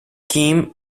kim